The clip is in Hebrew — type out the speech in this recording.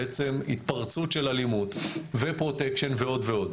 בעצם התפרצות של אלימות ופרוטשקן ועוד ועוד.